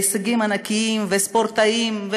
והישגים ענקיים, וספורטאים,